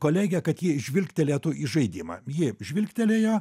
kolegė kad ji žvilgtelėtų į žaidimą ji žvilgtelėjo